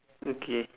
okay